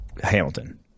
Hamilton